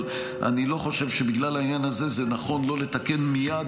אבל אני לא חושב שבגלל העניין הזה זה נכון לא לתקן מייד